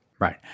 right